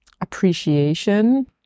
appreciation